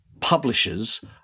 Publishers